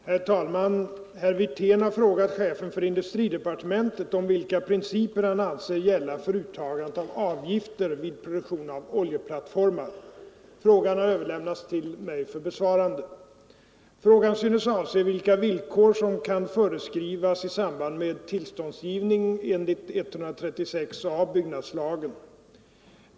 Herr talman! Herr Wirtén har frågat chefen för industridepartementet vilka principer han anser gälla för uttagande av avgifter vid produktion av oljeplattformar. Frågan har överlämnats till mig för besvarande. Frågan synes avse vilka villkor som kan föreskrivas i samband med tillståndsgivning enligt 136 a § byggnadslagen.